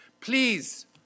Please